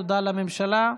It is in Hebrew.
תודה לממשלה.